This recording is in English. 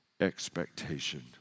expectation